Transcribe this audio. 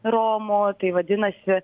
romų tai vadinasi